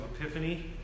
Epiphany